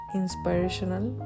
inspirational